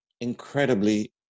incredibly